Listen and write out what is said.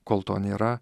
kol to nėra